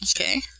Okay